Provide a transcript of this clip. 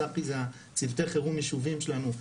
צוותי חירום ישוביים שלנו,